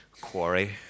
quarry